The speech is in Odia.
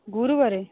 ଗୁରୁବାର